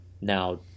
Now